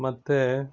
ಮತ್ತು